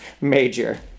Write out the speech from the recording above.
Major